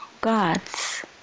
God's